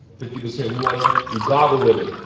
fifty percent water. you gargle with it.